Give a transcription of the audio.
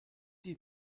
die